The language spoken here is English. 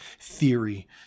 theory